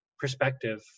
perspective